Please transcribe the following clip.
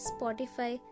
Spotify